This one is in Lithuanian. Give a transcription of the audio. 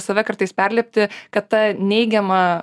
save kartais perlipti kad ta neigiama